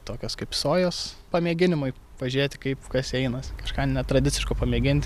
tokios kaip sojos pamėginimui pažiūrėti kaip kas einas kažką netradiciško pamėginti